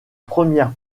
première